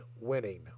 winning